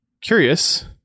curious